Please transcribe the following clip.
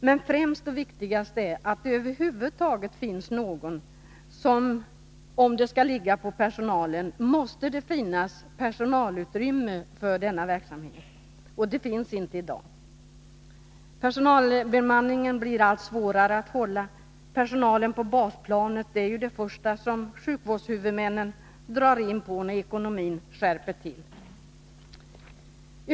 Men viktigast är att det över huvud taget finns någon där. Om det skall åligga personalen måste det finnas personalutrymme för denna verksamhet — det finns inte i dag. Personalbemanningen blir allt svårare att hålla — det första som sjukvårdshuvudmännen drar in på när ekonomin skärper till är personalen på basplanet.